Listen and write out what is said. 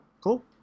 Cool